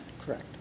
Correct